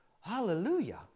Hallelujah